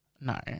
No